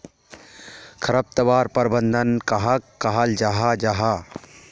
खरपतवार प्रबंधन कहाक कहाल जाहा जाहा?